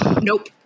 Nope